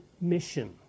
mission